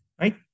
right